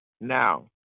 Now